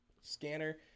scanner